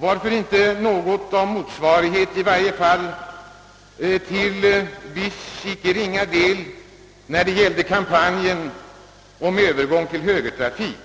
Varför inte något av en motsvarighet — i varje fall till viss, icke ringa del — till kampanjen i samband med övergång till högertrafik.